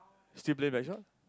still play Blackshot